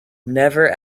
never